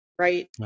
right